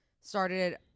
started